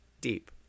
Deep